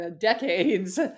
decades